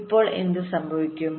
ഇപ്പോൾ എന്ത് സംഭവിക്കും